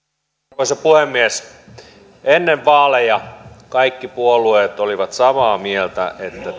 arvoisa puhemies ennen vaaleja kaikki puolueet olivat samaa mieltä